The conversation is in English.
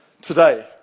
today